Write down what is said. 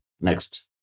next